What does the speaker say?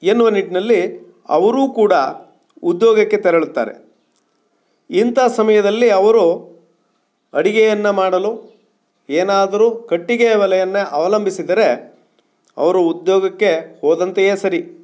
ಎನ್ನುವ ನಿಟ್ಟಿನಲ್ಲಿ ಅವರೂ ಕೂಡ ಉದ್ಯೋಗಕ್ಕೆ ತೆರಳುತ್ತಾರೆ ಇಂಥ ಸಮಯದಲ್ಲಿ ಅವರು ಅಡಿಗೆಯನ್ನು ಮಾಡಲು ಏನಾದರೂ ಕಟ್ಟಿಗೆ ಒಲೆಯನ್ನು ಅವಲಂಬಿಸಿದರೆ ಅವರು ಉದ್ಯೋಗಕ್ಕೆ ಹೋದಂತೆಯೇ ಸರಿ